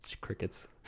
crickets